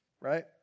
Right